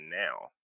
now